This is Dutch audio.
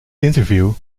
interview